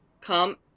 come